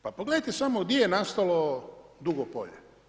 Pa pogledajte samo gdje ne nastalo Dugopolje.